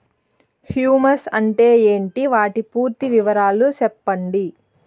Humus అంటే ఏంటి? వాటి పూర్తి వివరాలు సెప్పండి?